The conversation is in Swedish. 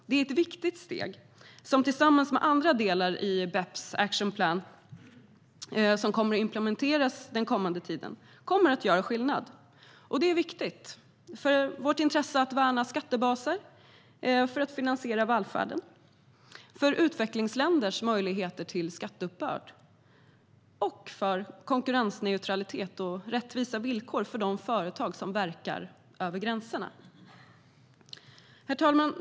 Det är ett viktigt steg, som tillsammans med andra delar i BEPS Action Plan, som kommer att implementeras den kommande tiden, kommer att göra skillnad. Det är viktigt för vårt intresse att värna skattebaser, för att finansiera välfärden, för utvecklingsländers möjligheter till skatteuppbörd och för konkurrensneutralitet och rättvisa villkor för de företag som verkar över gränserna. Herr talman!